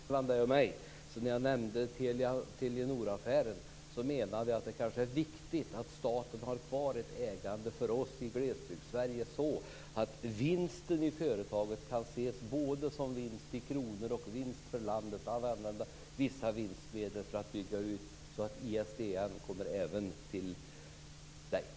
Fru talman! För att inga missuppfattningar skall förekomma mellan Åke Sandström och mig vill jag säga, att när jag nämnde Telia-Telenoraffären menade jag att det kanske är viktigt för oss i Glesbygdssverige att staten har kvar ett ägande så att vinsten i företaget kan ses både som en vinst i kronor och en vinst för landet genom att man använder vissa vinstmedel att för att bygga ut så att ISDN kommer även till Åke Sandström.